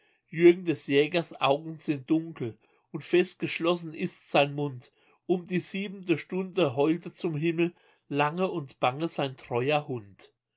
jürgen des jägers augen sind dunkel und fest geschlossen ist sein mund um die siebente stunde heulte zum himmel lange und bange sein treuer hund